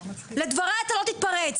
לדבריי אתה לא תתפרץ.